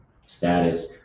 status